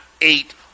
eight